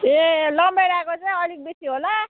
ए रामभेँडाको चाहिँ अलिक बेसी होला